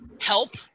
help